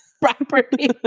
property